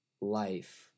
life